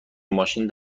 ماشین